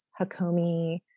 Hakomi